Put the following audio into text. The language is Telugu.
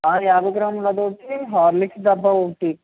ఆ యాభై గ్రాములది ఒకటి హార్లిక్స్ డబ్బా ఒకటి